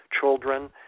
children